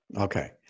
Okay